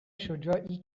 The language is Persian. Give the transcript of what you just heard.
شجاعی